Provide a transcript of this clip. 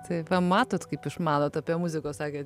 tai va matot kaip išmanot apie muziką o sakėt